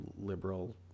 liberal